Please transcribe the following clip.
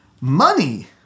money